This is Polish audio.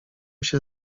się